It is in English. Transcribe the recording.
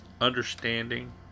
understanding